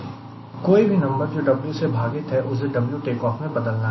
इसलिए कोई भी नंबर जो W से भागीत है उसे W टेकऑफ में बदलना है